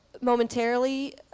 momentarily